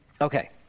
Okay